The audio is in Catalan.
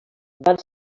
van